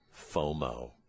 FOMO